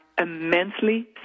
immensely